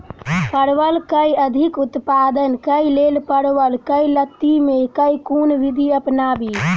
परवल केँ अधिक उत्पादन केँ लेल परवल केँ लती मे केँ कुन विधि अपनाबी?